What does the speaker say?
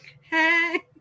hey